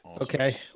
Okay